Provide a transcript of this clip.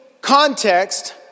context